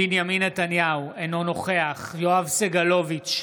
בנימין נתניהו, אינו נוכח יואב סגלוביץ'